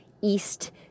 East